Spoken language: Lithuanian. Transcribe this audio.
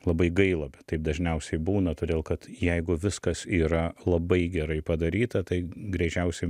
labai gaila bet taip dažniausiai būna todėl kad jeigu viskas yra labai gerai padaryta tai greičiausia